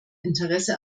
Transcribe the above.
interesse